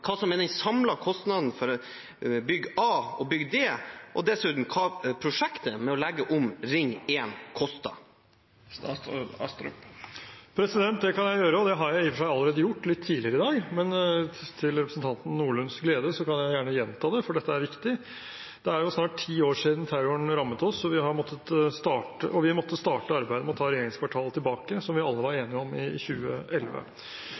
hva som er den samlede kostnaden for henholdsvis bygg A og bygg D, og dessuten hva prosjektet med å legge om Ring 1 koster?» Det kan jeg gjøre, og det har jeg i og for seg allerede gjort tidligere i dag, men til representanten Nordlunds glede kan jeg gjerne gjenta det, for dette er viktig. Det er jo snart ti år siden terroren rammet oss og vi måtte starte arbeidet med å ta regjeringskvartalet tilbake, noe vi alle var enige om i 2011.